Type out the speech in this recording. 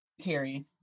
Terry